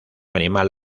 animal